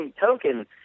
token